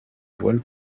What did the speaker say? voile